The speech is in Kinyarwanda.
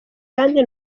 kandi